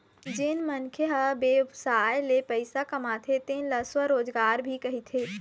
जेन मनखे ह बेवसाय ले पइसा कमाथे तेन ल स्वरोजगार भी कहिथें